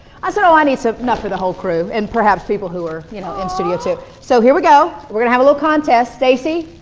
i so i need so enough for the whole crew. and perhaps people who are, you know, in studio today. so here we go, we're gonna have a little contest. stacy,